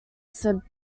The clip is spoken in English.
said